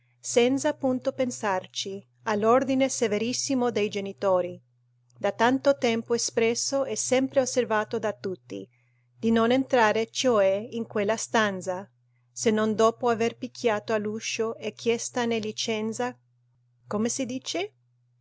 senza punto pensarci all'ordine severissimo dei genitori da tanto tempo espresso e sempre osservato da tutti di non entrare cioè in quella stanza se non dopo aver picchiato all'uscio e chiestane licenza come si dice